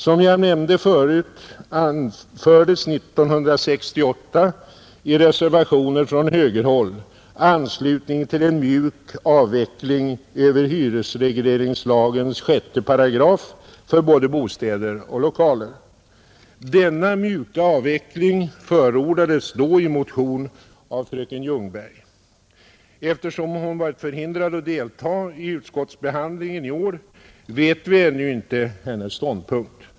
Som jag nämnde förut anfördes 1968 i reservationer från högerhåll anslutning till en mjuk avveckling över hyresregleringslagens 6 § för både bostäder och lokaler. Denna mjuka avveckling förordades då i motion av fröken Ljungberg. Eftersom hon varit förhindrad att delta i utskottsbehandlingen i år vet vi ännu inte hennes ståndpunkt.